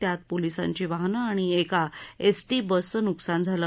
त्यात पोलिसांची वाहनं आणि एका एसटी बसचं नुकसान झालं